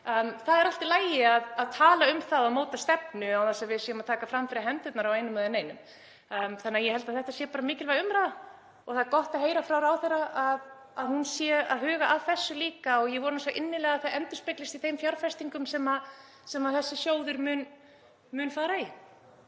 Það er allt í lagi að tala um það og móta stefnu án þess að við séum að taka fram fyrir hendurnar á einum eða neinum. En ég held að þetta sé bara mikilvæg umræða og það er gott að heyra frá ráðherra að hún sé að huga að þessu líka og ég vona svo innilega að það endurspeglist í þeim fjárfestingum sem þessi sjóður mun fara í.